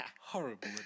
Horrible